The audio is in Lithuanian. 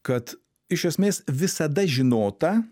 kad iš esmės visada žinota